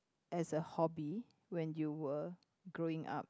as a hobby when you were growing up